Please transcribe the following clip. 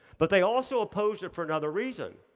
but they also opposed it for another reason.